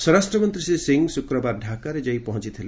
ସ୍ୱରାଷ୍ଟ୍ରମନ୍ତ୍ରୀ ଶ୍ରୀ ସିଂ ଶୁକ୍ରବାର ଢାକାରେ ଯାଇ ପହଞ୍ଚଥିଲେ